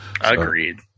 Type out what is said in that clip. Agreed